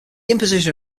imposition